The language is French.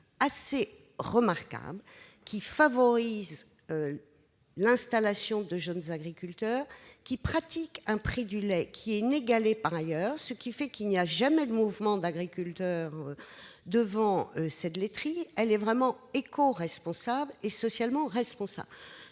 assez remarquable, car elle favorise l'installation de jeunes agriculteurs et pratique un prix du lait inégalé par ailleurs. Cela explique qu'il n'y ait jamais de mouvements d'agriculteurs devant cette laiterie, qui est vraiment écoresponsable et socialement responsable.